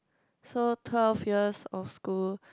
so twelve years of school